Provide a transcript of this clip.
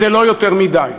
זה לא יותר מדי.